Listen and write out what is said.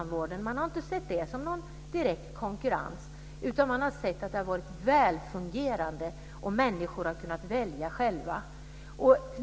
Det har inte varit fråga om någon direkt konkurrens. Det har fungerat, och människor har kunnat välja själva.